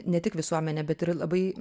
ne tik visuomenė bet ir labai